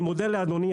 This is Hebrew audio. אני מודה לאדוני,